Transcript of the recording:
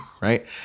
right